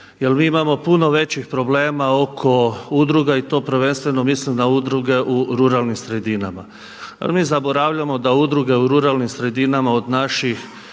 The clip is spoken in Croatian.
jer mi imamo puno većih problema oko udruga i to prvenstveno mislim na udruge u ruralnim sredinama. A mi zaboravljamo da udruge u ruralnim sredinama od naših